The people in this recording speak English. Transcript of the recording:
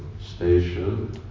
station